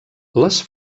les